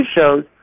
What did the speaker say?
shows